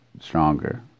stronger